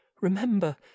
remember